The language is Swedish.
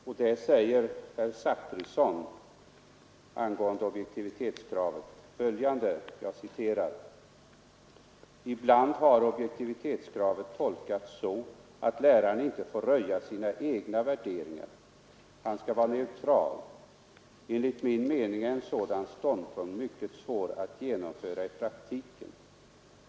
Där sade herr Zachrisson angående objektivitetskravet följande: ”Ibland har objektivitetskravet tolkats så att läraren inte får röja sina egna värderingar. Han skall vara neutral. Enligt min mening är en sådan ståndpunkt mycket svår att genomföra i praktiken.